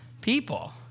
people